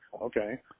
Okay